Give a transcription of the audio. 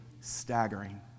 staggering